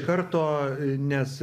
karto nes